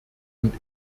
und